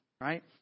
right